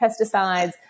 pesticides